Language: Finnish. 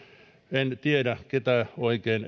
en tiedä ketä oikein